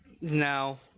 no